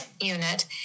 unit